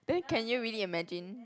then can you really imagine